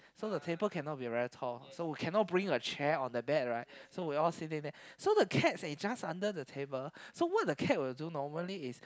so the table cannot be very tall so we cannot bring the chair or bag right so we sitting there so the cat is just under the table so the cat normally